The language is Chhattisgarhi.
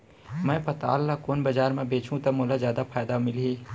मैं पताल ल कोन बजार म बेचहुँ त मोला जादा फायदा मिलही?